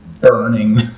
burning